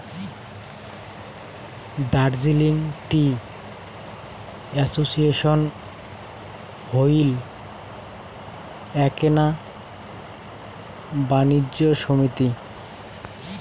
Darjeeling tea association হইল এ্যাকনা বাণিজ্য সমিতি